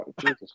Jesus